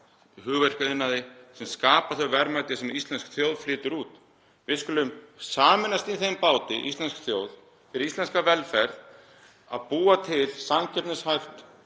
annars staðar, sem skapar þau verðmæti sem íslensk þjóð flytur út. Við skulum sameinast á þeim báti, íslensk þjóð, fyrir íslenska velferð, að búa til samkeppnishæft